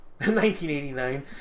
1989